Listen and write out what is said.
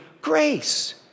grace